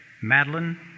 Madeline